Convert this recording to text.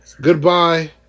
goodbye